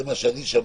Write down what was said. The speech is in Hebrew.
זה מה שאני שמעתי.